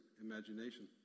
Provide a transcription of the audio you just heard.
imagination